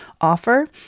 offer